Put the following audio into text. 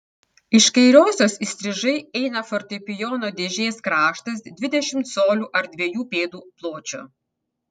iš kairiosios įstrižai eina fortepijono dėžės kraštas dvidešimt colių ar dviejų pėdų pločio